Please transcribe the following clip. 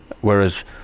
whereas